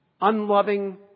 Unloving